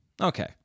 Okay